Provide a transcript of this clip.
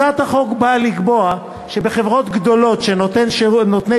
הצעת החוק באה לקבוע שבחברות גדולות של נותני